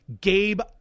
Gabe